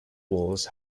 walls